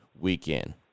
weekend